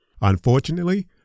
Unfortunately